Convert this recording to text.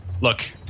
look